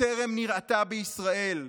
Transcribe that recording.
שטרם נראתה בישראל.